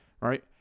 Right